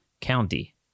County